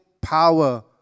power